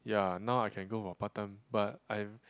ya now I can go for part time but I